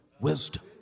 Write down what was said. Wisdom